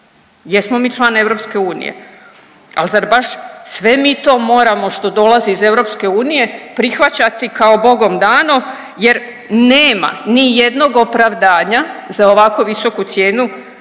Jesmo mi član EU, ali zar baš sve mi to moramo što dolazi iz EU prihvaćati kao bogom dano jer nema nijednog opravdanja za ovako visoku cijenu